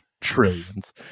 trillions